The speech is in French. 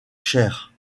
chairs